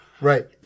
Right